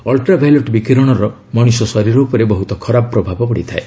ultraviolet ବିକୀରଣର ମଣିଷ ଶରୀର ଉପରେ ବହୁତ ଖରାପ ପ୍ରଭାବ ପଡ଼ିଥାଏ